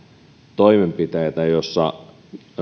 toimenpiteitä joissa